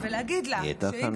ולהגיד לה, היא הייתה כאן.